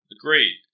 Agreed